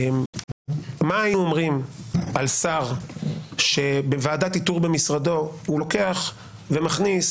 מה היינו אומרים על שר שבוועדת איתור במשרדו הוא לוקח ומכניס